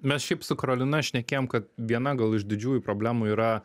mes šiaip su karolina šnekėjom kad viena gal iš didžiųjų problemų yra